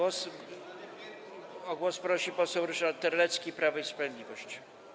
O głos prosi poseł Ryszard Terlecki, Prawo i Sprawiedliwość.